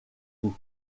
vous